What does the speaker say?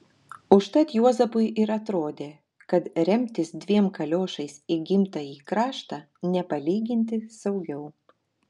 užtat juozapui ir atrodė kad remtis dviem kaliošais į gimtąjį kraštą nepalyginti saugiau